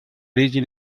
region